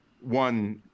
one